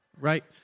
Right